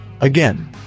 again